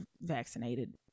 vaccinated